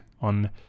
on